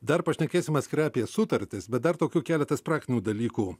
dar pašnekėsim atskirai apie sutartis bet dar tokių keletas praktinių dalykų